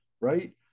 right